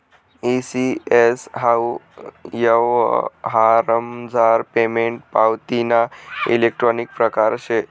E CS हाऊ यवहारमझार payment पावतीना इलेक्ट्रानिक परकार शे